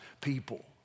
people